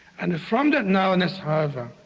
and from that now-ness, however,